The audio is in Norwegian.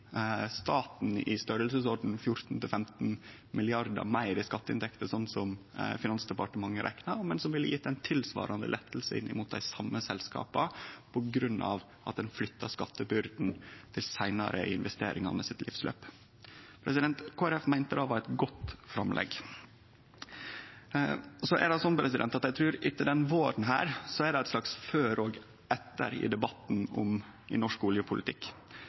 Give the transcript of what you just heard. staten i størrelsesorden 14–15 mrd. kr meir i skatteinntekter slik som Finansdepartementet rekna, men som ville gjeve ein tilsvarande lette inn mot dei same selskapa på grunn av at ein flytta skattebyrda til dei seinare investeringane sitt livsløp. Kristelig Folkeparti meinte det var eit godt framlegg. Så trur eg at etter denne våren er det eit slags før og etter i debatten i norsk oljepolitikk.